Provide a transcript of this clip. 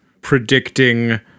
predicting